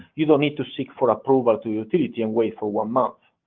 you don't need to seek for approval to utility and wait for one month.